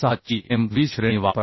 6 ची M 20 श्रेणी वापरा